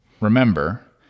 remember